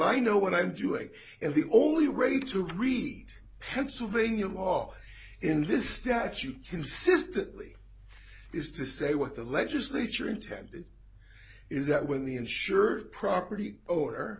i know what i'm doing and the only way to read pennsylvania law in this statute consistently is to say what the legislature intended is that when the insured property owner